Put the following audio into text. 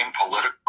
political